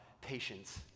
patience